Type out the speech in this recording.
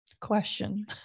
question